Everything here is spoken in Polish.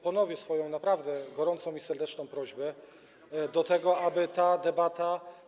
Ponowię swoją naprawdę gorącą i serdeczną prośbę o to, aby ta debata.